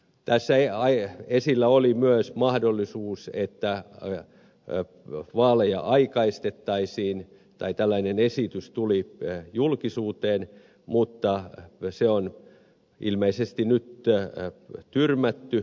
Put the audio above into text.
tässä esillä oli myös mahdollisuus että vaaleja aikaistettaisiin tai tällainen esitys tuli julkisuuteen mutta se on ilmeisesti nyt tyrmätty